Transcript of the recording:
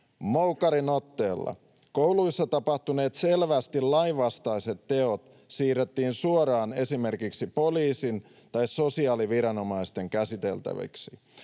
moukarin otteella. Kouluissa tapahtuneet selvästi lainvastaiset teot siirrettiin suoraan esimerkiksi poliisin tai sosiaaliviranomaisten käsiteltäviksi.